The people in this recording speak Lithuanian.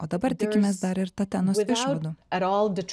o dabar tikimės dar ir tatenos išvadų